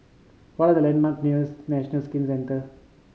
what are the landmark nears National Skin Centre